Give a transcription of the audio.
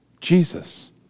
Jesus